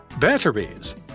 Batteries